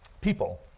people